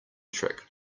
trick